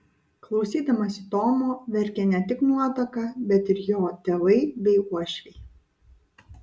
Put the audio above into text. klausydamasi tomo verkė ne tik nuotaka bet ir jo tėvai bei uošviai